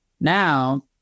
Now